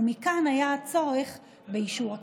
ומכאן היה הצורך באישור הכנסת.